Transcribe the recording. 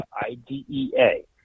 I-D-E-A